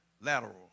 lateral